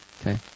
Okay